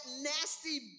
nasty